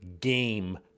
game